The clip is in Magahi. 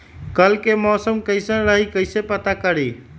कल के मौसम कैसन रही कई से पता करी?